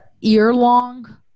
year-long